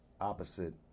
opposite